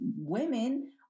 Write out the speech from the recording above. women